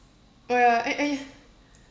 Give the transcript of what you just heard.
oh ya and and